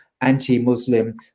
anti-Muslim